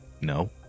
No